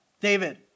David